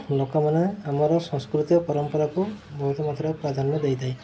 ଲୋକମାନେ ଆମର ସଂସ୍କୃତି ଓ ପରମ୍ପରାକୁ ବହୁତ ମାତ୍ରାରେ ପ୍ରାଧାନ୍ୟ ଦେଇଥାଏ